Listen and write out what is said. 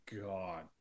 God